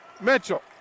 Mitchell